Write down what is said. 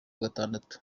gatandatu